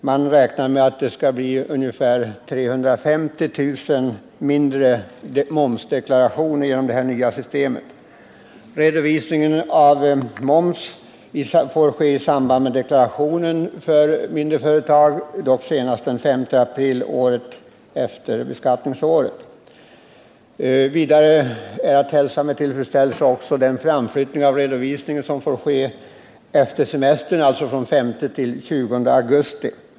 Man räknar med att det blir ungefär 350 000 färre momsdeklarationer genom det nya systemet. Mindre företag kommer att få redovisa moms i samband med deklarationen, dock senast den 5 april året efter beskattningsåret. Vidare är att hälsa med tillfredsställelse den framflyttning av redovisning tillefter semestern som föreslås, dvs. från den 5 till den 20 augusti.